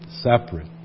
separate